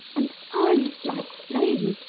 and eyes like flame.